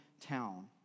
town